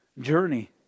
journey